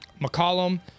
McCollum